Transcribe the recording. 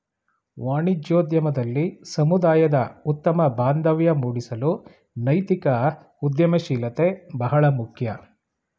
ವಾಣಿಜ್ಯೋದ್ಯಮದಲ್ಲಿ ಸಮುದಾಯದ ಉತ್ತಮ ಬಾಂಧವ್ಯ ಮೂಡಿಸಲು ನೈತಿಕ ಉದ್ಯಮಶೀಲತೆ ಬಹಳ ಮುಖ್ಯ